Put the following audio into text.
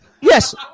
Yes